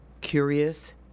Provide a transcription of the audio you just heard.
curious